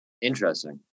Interesting